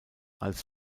als